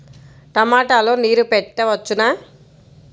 టమాట లో నీరు పెట్టవచ్చునా?